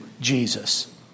Jesus